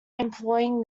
employing